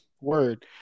Word